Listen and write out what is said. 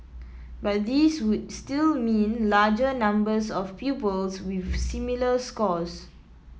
but these would still mean larger numbers of pupils with similar scores